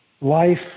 life